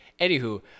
Anywho